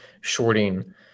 shorting